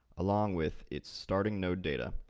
along with its starting node data,